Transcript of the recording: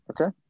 okay